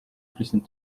president